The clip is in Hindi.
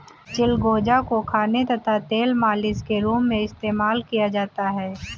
चिलगोजा को खाने तथा तेल मालिश के रूप में इस्तेमाल किया जाता है